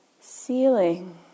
ceiling